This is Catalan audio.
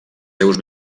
seus